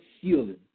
healing